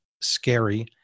scary